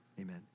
amen